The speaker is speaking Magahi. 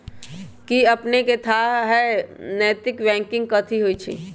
कि अपनेकेँ थाह हय नैतिक बैंकिंग कथि होइ छइ?